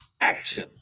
action